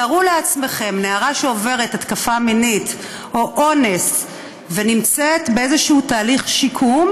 תארו לעצמכם נערה שעוברת התקפה מינית או אונס ונמצאת באיזה תהליך שיקום,